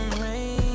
rain